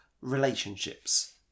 relationships